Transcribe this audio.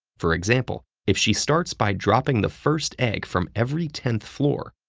for example, if she starts by dropping the first egg from every tenth floor,